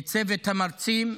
לצוות המרצים,